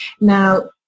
Now